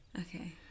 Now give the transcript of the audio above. Okay